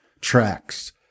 tracks